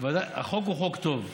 החוק הוא חוק טוב.